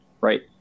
Right